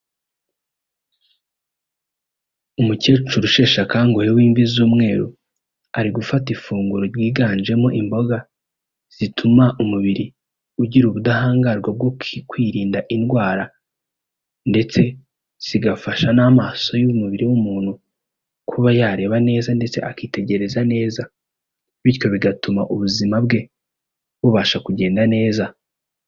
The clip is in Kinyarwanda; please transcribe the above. Umukecuru usheshe akanguhe w'imvi z'umweru, ari gufata ifunguro ryiganjemo imboga zituma umubiri ugira ubudahangarwa bwo kwirinda indwara, ndetse zigafasha n'amaso y'umubiri w'umuntu kuba yareba neza ndetse akitegereza neza; bityo bigatuma ubuzima bwe bubasha kugenda neza.